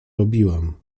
robiłam